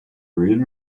read